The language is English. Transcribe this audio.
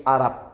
Arab